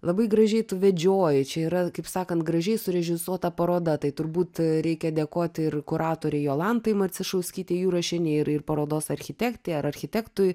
labai gražiai tu vedžioji čia yra kaip sakant gražiai surežisuota paroda tai turbūt reikia dėkoti ir kuratorei jolantai marcišauskytei jurašienei ir ir parodos architektei ar architektui